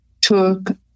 took